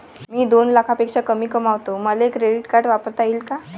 मी दोन लाखापेक्षा कमी कमावतो, मले क्रेडिट कार्ड वापरता येईन का?